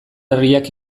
herriak